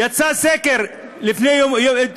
יצא סקר אתמול,